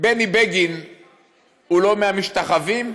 בני בגין הוא לא מהמשתחווים,